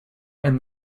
and